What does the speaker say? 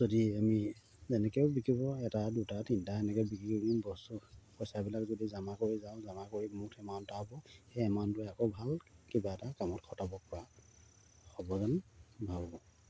যদি আমি তেনেকৈও বিকিব এটা দুটা তিনিটা এনেকৈ বিক্ৰী কৰি পিনি বস্তু পইচাবিলাক যদি জমা কৰি যাওঁ জমা কৰি মোৰ এমাউণ্ট হ'ব সেই এমাউণ্টটোৱে আকৌ ভাল কিবা এটা কামত খটাব পৰা হ'ব যেন ভাবোঁ